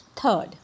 Third